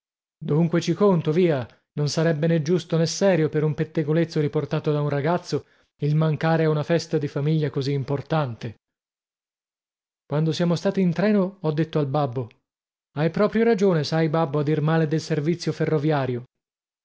dunque ci conto via non sarebbe né giusto né serio per un pettegolezzo riportato da un ragazzo il mancare a una festa di famiglia così importante quando siamo stati in treno ho detto al babbo hai proprio ragione sai babbo a dir male del servizio ferroviario